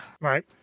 Right